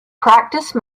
practice